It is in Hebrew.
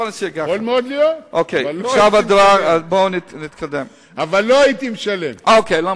יכול מאוד להיות, אבל לא הייתי משלם.